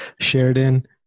Sheridan